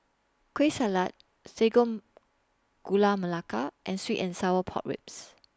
Kueh Salat Sago Gula Melaka and Sweet and Sour Pork Ribs